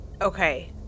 Okay